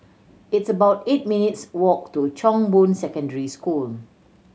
it's about eight minutes' walk to Chong Boon Secondary School